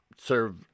serve